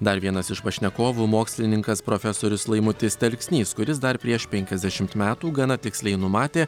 dar vienas iš pašnekovų mokslininkas profesorius laimutis telksnys kuris dar prieš penkiasdešimt metų gana tiksliai numatė